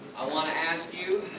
i want to ask you,